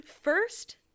First